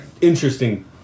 interesting